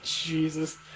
Jesus